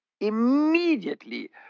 immediately